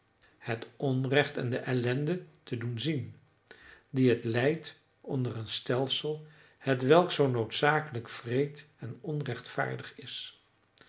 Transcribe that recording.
het onrecht en de ellende te doen zien die het lijdt onder een stelsel hetwelk zoo noodzakelijk wreed en onrechtvaardig is